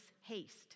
haste